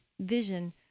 vision